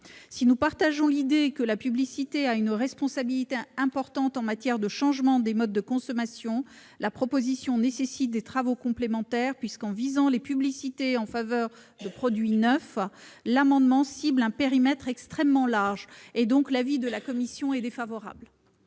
Si nous partageons l'idée que la publicité a une responsabilité importante en matière de changement des modes de consommation, cette proposition nécessite que l'on réalise des travaux complémentaires. En visant les publicités en faveur de produits neufs, l'amendement cible en effet un périmètre extrêmement large. La commission y est donc défavorable.